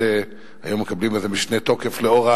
היום הדברים מקבלים איזה משנה תוקף לנוכח